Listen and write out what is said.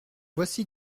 voici